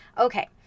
Okay